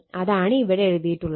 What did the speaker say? അതാണ് ഇവിടെ എഴുതിയിട്ടുള്ളത്